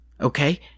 Okay